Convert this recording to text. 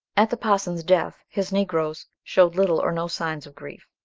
at the parson's death his negroes showed little or no signs of grief.